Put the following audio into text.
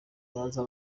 baza